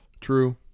True